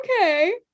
okay